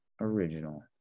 original